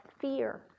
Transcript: fear